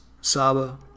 Saba